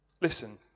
listen